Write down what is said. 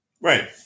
Right